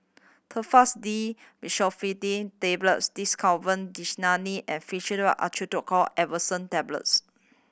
Telfast D Fexofenadine Tablets Desowen Desonide and Fluimucil Acetylcysteine Effervescent Tablets